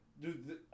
Dude